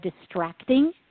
distracting